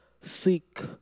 seek